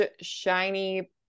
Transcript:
shiny